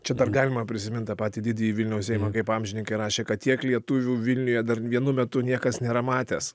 čia dar galima prisimint patį didįjį vilniaus seimą kaip amžininkai rašė kad tiek lietuvių vilniuje dar vienu metu niekas nėra matęs